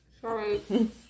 sorry